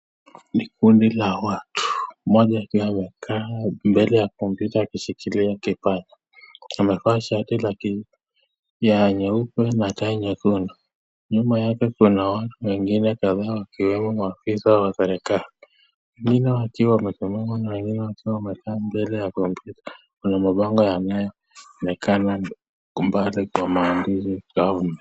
Ni kundi la watu mmoja akiwa amekaa mbele ya (cs) computer (cs) akishikilia kiipadi ,amevaa shati lake ya nyeupe na tai nyekundu, nyuma yake tunaona wengine kadhaa wakiwemo maafisa wa serikali , wengine wakiwa wamesimama na wengine wakiwa wamekaa mbele ya (cs) computer (cs), kuna mabango yanayoonekana huku mbali kwa maandishi siyaoni.